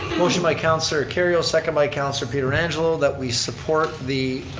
motion by councilor kerrio, second by councilor pietrangelo that we support the